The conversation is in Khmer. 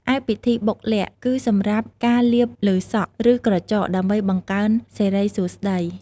ឯ ពិធីបុកល័ក្ត គឺសម្រាប់ការលាបលើសក់ ឬក្រចក ដើម្បីបង្កើនសិរីសួស្តី។